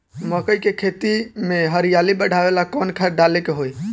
मकई के खेती में हरियाली बढ़ावेला कवन खाद डाले के होई?